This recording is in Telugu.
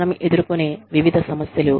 మనము ఎదుర్కొనే వివిధ సమస్యలు